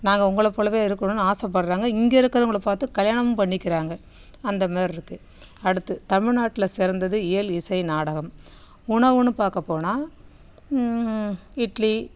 நாங்கள் உங்களை போலவே இருக்கணும்னு ஆசைப்பட்றாங்க இங்கே இருக்கிறவங்களை பார்த்து கல்யாணமும் பண்ணிக்கிறாங்கள் அந்தமாரிருக்கு அடுத்து தமிழ்நாட்டில சிறந்தது இயல் இசை நாடகம் உணவுன்னு பார்க்க போனால் இட்லி